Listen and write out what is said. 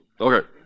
Okay